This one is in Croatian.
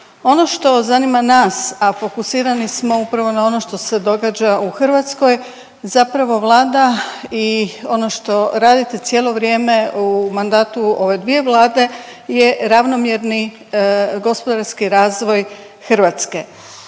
Ono što zanima nas a fokusirani smo upravo na ono što se događa u Hrvatskoj zapravo vlada i ono što radite cijelo vrijeme u mandatu ove dvije Vlade je ravnomjerni gospodarski razvoj Hrvatske.